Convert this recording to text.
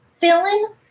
villain